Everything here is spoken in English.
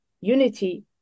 unity